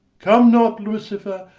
come not, lucifer!